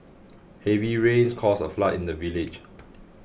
heavy rains caused a flood in the village